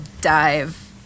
dive